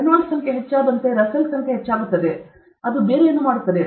ರೆನಾಲ್ಡ್ನ ಸಂಖ್ಯೆ ಹೆಚ್ಚಾದಂತೆ ರಸ್ಸೆಲ್ ಸಂಖ್ಯೆ ಹೆಚ್ಚಾಗುತ್ತದೆ ಅದು ಬೇರೆ ಏನು ಮಾಡುತ್ತದೆ